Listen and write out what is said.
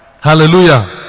Hallelujah